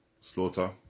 Slaughter